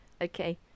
Okay